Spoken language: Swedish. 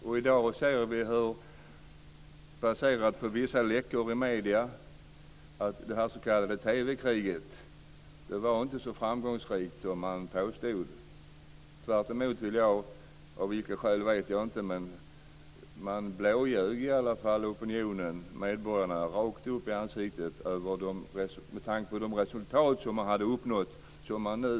Via läckor i medierna får vi information om att det s.k. TV-kriget inte var så framgångsrikt som man påstod. Tvärtemot blåljög man opinionen och medborgarna rakt upp i ansiktet. De resultat som man påstod sig ha uppnått hade man inte uppnått. Det ser vi nu.